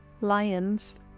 lions